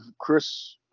Chris